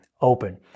open